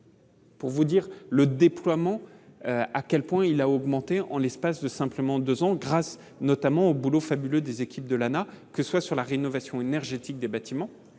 Pour vous dire le déploiement à quel point il a augmenté en l'espace de simplement 2 ans grâce notamment au boulot fabuleux des équipes de l'Anah, que ce soit sur la rénovation énergétique des bâtiments,